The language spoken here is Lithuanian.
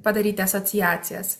padaryti asociacijas